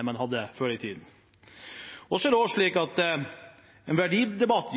enn man hadde før i tiden.